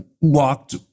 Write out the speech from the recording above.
walked